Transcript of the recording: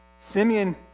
Simeon